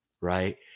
right